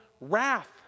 wrath